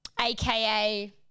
AKA